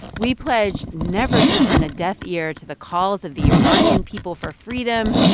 we pledge never to turn a deaf ear to the calls of the iranian people for freedom,